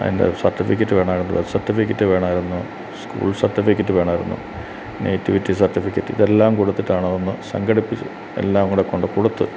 അതിൻ്റെ സർട്ടിഫിക്കറ്റ് വേണമായിരുന്നു birth certificate വേണമായിരുന്നു സ്കൂൾ സർട്ടിഫിക്കറ്റ് വേണമായിരുന്നു നേറ്റിവിറ്റി സർട്ടിഫിക്കറ്റ് ഇതെല്ലാം കൊടുത്തിട്ടാണ് അതൊന്ന് സംഘടിപ്പിച്ചത് എല്ലാം കൂടി കൊണ്ടക്കൊടുത്തു